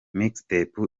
mixtape